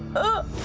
up.